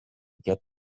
get